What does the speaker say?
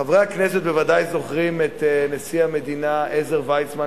חברי הכנסת ודאי זוכרים את נשיא המדינה עזר ויצמן,